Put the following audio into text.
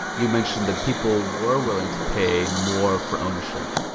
you mentioned that people were willing to pay more for ownership.